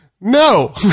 No